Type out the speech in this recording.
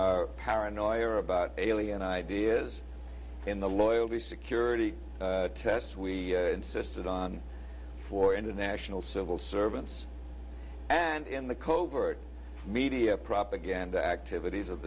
our paranoia about alien ideas in the loyalty security tests we insisted on for international civil servants and in the covert media propaganda activities of